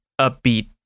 upbeat